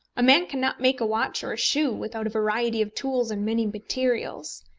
a man cannot make a watch or a shoe without a variety of tools and many materials.